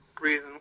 reason